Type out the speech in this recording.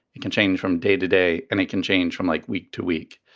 it can change from day to day. and it can change from like week to week.